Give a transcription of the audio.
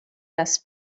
best